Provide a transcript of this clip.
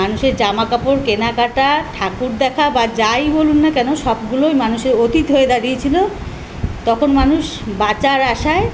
মানুষের জামাকাপড় কেনাকাটা ঠাকুর দেখা বা যাই বলুন না কেন সবগুলোই মানুষের অতীত হয়ে দাঁড়িয়ে ছিলো তখন মানুষ বাঁচার আশায়